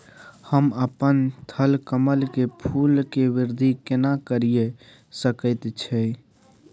हम अपन थलकमल के फूल के वृद्धि केना करिये सकेत छी?